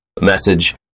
message